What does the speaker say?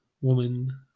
woman